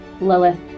Lilith